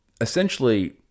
essentially